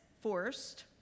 forced